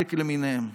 ההייטק למיניהן,